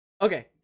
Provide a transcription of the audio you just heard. okay